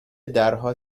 درها